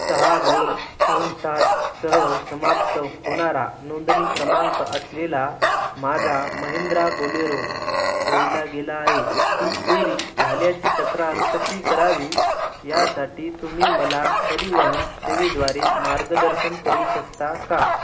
सहा नऊ दोन सात सह समाप्त होणारा नोंदणी क्रमांक असलेला माझा महेंद्रा बोलेरो चोरीला गेला आहे ती चोरी झाल्याची तक्रार कशी करावी यासाठी तुम्ही मला परिवहन सेवेद्वारे मार्गदर्शन करू शकता का